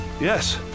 Yes